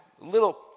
little